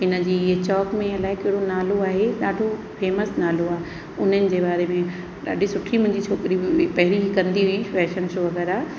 इन जी इहे चौक में अलाए कहिड़ो नालो आहे ॾाढो फेमस नालो आहे उन्हनि जे बारे में ॾाढी सुठी मुंहिंजी छोकिरी पहिरीं ई कंदी हुई फैशन शो वग़ैरह